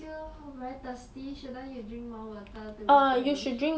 就 very thirsty shouldn't you drink more water to replenish